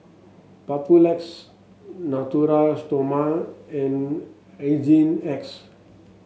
Papulex Natura Stoma and Hygin X